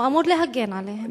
הוא אמור להגן עליהם.